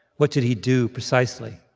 what did he do precisely?